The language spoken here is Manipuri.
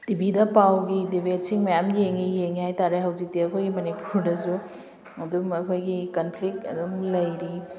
ꯇꯤꯚꯤꯗ ꯄꯥꯎꯒꯤ ꯗꯤꯕꯦꯠꯁꯤꯡ ꯃꯌꯥꯝ ꯌꯦꯡꯉꯤ ꯌꯦꯡꯉꯤ ꯍꯥꯏ ꯇꯥꯔꯦ ꯍꯧꯖꯤꯛꯇꯤ ꯑꯩꯈꯣꯏꯒꯤ ꯃꯅꯤꯄꯨꯔꯗꯁꯨ ꯑꯗꯨꯝ ꯑꯩꯈꯣꯏꯒꯤ ꯀꯟꯐ꯭ꯂꯤꯛ ꯑꯗꯨꯝ ꯂꯩꯔꯤ